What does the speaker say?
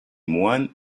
moines